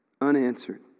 unanswered